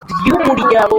ry’umuryango